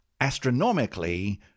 astronomically